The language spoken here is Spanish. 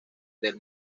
del